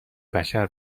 بشر